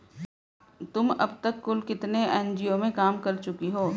तुम अब तक कुल कितने एन.जी.ओ में काम कर चुकी हो?